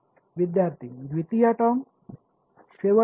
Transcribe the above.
विद्यार्थीः द्वितीय टर्म शेवटचा टर्म